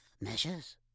Measures